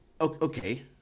Okay